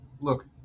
Look